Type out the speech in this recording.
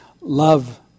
Love